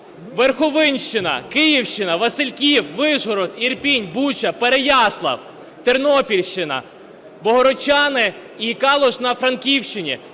Верховинщина, Київщина, Васильків, Вишгород, Ірпінь, Буча, Переяслав, Тернопільщина, Богородчани і Калуш на Франківщині